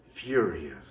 furious